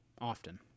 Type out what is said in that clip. often